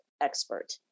expert